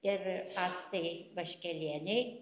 ir astai vaškelienei